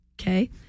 Okay